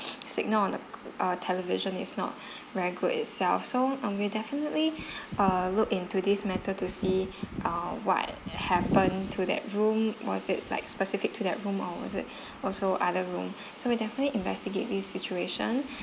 signal on the uh television is not regular itself so um we'll definitely uh look into this matter to see uh what happened to that room was it like specific to that room or was it also other room so we'll definitely investigate this situation